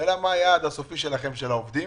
השאלה מה היעד הסופי שלכם לגבי העובדים,